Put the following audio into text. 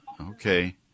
Okay